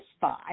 five